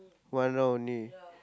one round only